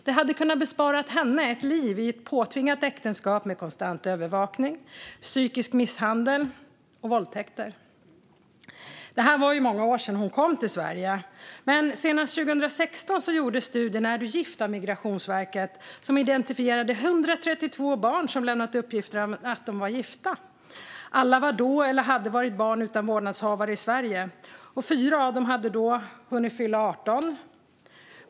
Det hade kunnat bespara henne ett liv i ett påtvingat äktenskap med konstant övervakning, psykisk misshandel och våldtäkter. Det var många år sedan hon kom till Sverige. Men senast 2016 gjordes studien Är du gift? av Migrationsverket som identifierade 132 barn som lämnat uppgifter om att de är gifta. Alla var då eller hade varit barn utan vårdnadshavare i Sverige. Fyra av dem hade då hunnit fylla 18 år.